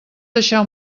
deixar